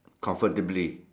comfortably